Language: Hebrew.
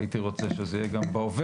הייתי רוצה גם בהווה